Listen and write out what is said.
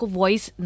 voice